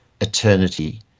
eternity